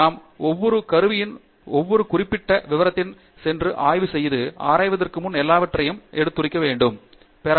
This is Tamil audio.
நாம் ஒவ்வொரு கருவியின் ஒவ்வொரு குறிப்பிட்ட விவரத்திற்கு சென்று ஆய்வு செய்து ஆராய்வதற்கு முன் எல்லாவற்றையும் எடுத்துக்கொள்வோம்